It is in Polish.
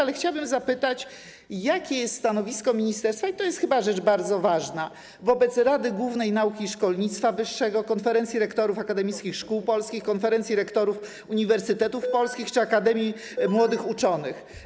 Ale chciałabym zapytać, jakie jest stanowisko ministerstwa, bo to jest chyba bardzo ważna rzecz, wobec Rady Głównej Nauki i Szkolnictwa Wyższego, Konferencji Rektorów Akademickich Szkół Polskich, Konferencji Rektorów Uniwersytetów Polskich czy Akademii Młodych Uczonych.